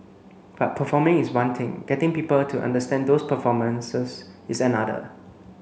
but performing is one thing getting people to understand those performances is another